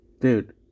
Dude